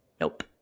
Nope